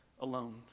alone